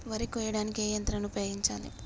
వరి కొయ్యడానికి ఏ యంత్రాన్ని ఉపయోగించాలే?